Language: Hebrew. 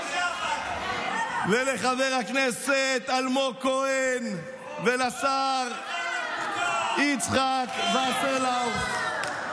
ולחבר הכנסת אלמוג כהן, ולשר יצחק וסרלאוף,